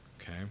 Okay